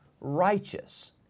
righteous